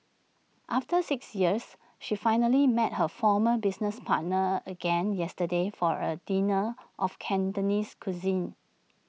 after six years she finally met her former business partners again yesterday for A dinner of Cantonese cuisine